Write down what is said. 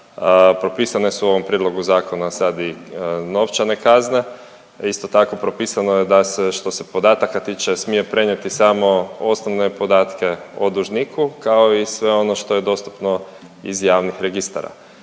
Propisane su u ovom prijedlogu zakona sad i novčane kazne. Isto tako propisano je da se što se podataka tiče smije prenijeti samo osnovne podatke o dužniku kao i sve ono što je dostupno iz javnih registara.